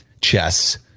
chess